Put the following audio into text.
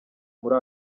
muri